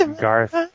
Garth